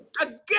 Again